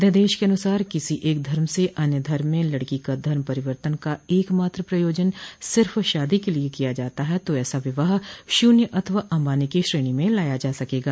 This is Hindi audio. अध्यादेश के अनुसार किसी एक धर्म से अन्य धर्म में लड़की का धर्म परिवर्तन का एक मात्र प्रयोजन सिर्फ शादी के लिये किया जाता है तो ऐसा विवाह शून्य अथवा अमान्य की श्रेणी में लाया जा सकेगा